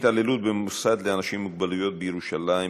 התעללות במוסד לאנשים עם מוגבלות בירושלים,